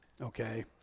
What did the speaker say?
okay